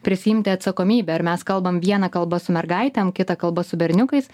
prisiimti atsakomybę ar mes kalbam viena kalba su mergaitėm kita kalba su berniukais